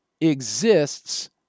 exists